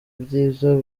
byiza